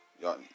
y'all